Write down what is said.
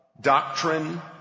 doctrine